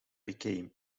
became